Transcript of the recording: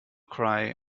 cry